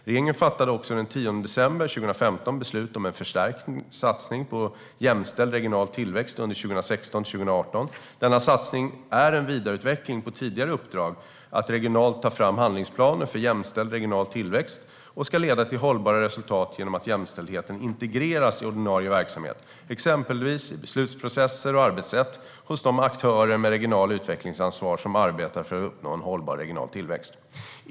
Regeringen fattade också den 10 december 2015 beslut om en förstärkt satsning på jämställd regional tillväxt under 2016-2018. Denna satsning är en vidareutveckling av tidigare uppdrag om att regionalt ta fram handlingsplaner för jämställd regional tillväxt. Den ska leda till hållbara resultat genom att jämställdhet integreras i ordinarie verksamhet, exempelvis i beslutsprocesser och arbetssätt hos de aktörer med regionalt utvecklingsansvar som arbetar för att uppnå en hållbar regional tillväxt.